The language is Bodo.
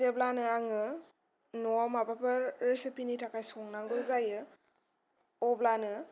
जेब्लानो आङो न'वाव माबाफोर रेसिपिनि थाखाय संनांगौ जायो अब्लानो